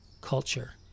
culture